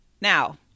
Now